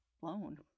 Blown